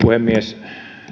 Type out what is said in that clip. puhemies